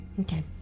Okay